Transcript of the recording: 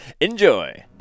Enjoy